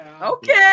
Okay